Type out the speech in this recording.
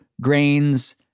grains